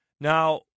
Now